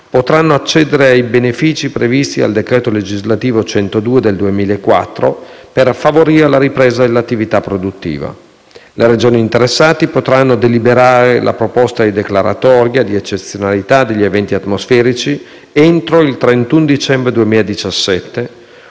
potranno accedere ai benefici previsti dal decreto legislativo n. 102 del 2004 per favorire la ripresa dell'attività produttiva. Le Regioni interessate potranno deliberare la proposta di declaratoria di eccezionalità degli eventi atmosferici entro il 31 dicembre 2017,